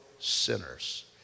sinners